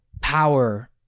power